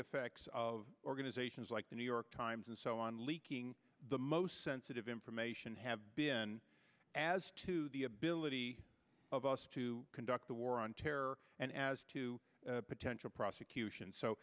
effects of organizations like the new york times and so on leaking the most sensitive information have been as to the ability of us to conduct the war on terror and as to potential prosecution